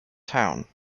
town